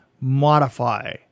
modify